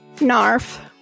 Narf